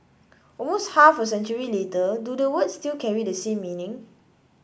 almost half a century later do the words still carry the same meaning